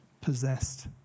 possessed